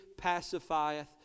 pacifieth